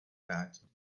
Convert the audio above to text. vrátil